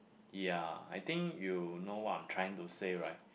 ya I think you know what I'm trying to say right